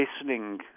listening